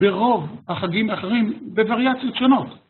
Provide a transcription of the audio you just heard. ברוב החגים האחרים בווריאציות שונות.